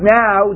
now